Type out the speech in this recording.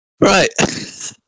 right